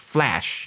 Flash